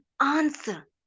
answer